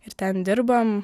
ir ten dirbam